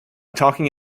talking